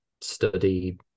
study